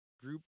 group